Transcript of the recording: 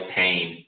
pain